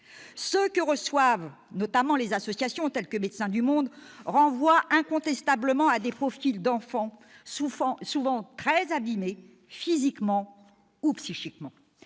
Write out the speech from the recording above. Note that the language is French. Ceux que reçoivent notamment les associations telles que Médecins du Monde renvoient incontestablement à des profils d'enfants souvent très abimés, physiquement ou psychiquement.